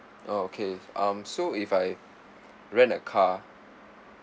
oh okay um so if I rent a car